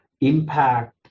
impact